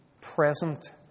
present